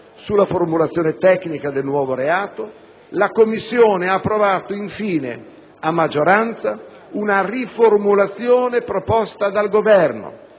sulla formulazione tecnica del nuovo reato, la Commissione ha approvato, a maggioranza, una riformulazione proposta dal Governo